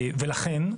לכן,